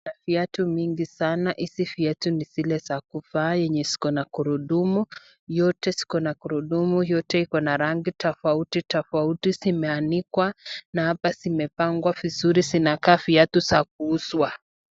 Kuna viatu mingi sana, hizi viatu ni zile za kuvaa ziko na magurudumu, yote iko na magurudumu iko na rangi tofautitofauti zimeanikwa, na hapa zimepangwa vizuri na inakaa viatu za kuuzwa.